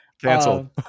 Cancel